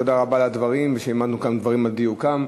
תודה רבה על הדברים ועל כך שהעמדנו כאן דברים על דיוקם.